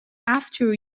after